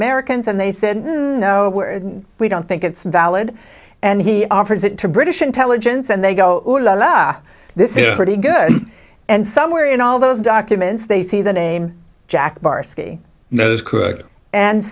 americans and they said no we don't think it's valid and he offers it to british intelligence and they go or law this is pretty good and somewhere in all those documents they see the name